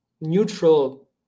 neutral